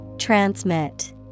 Transmit